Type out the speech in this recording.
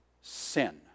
sin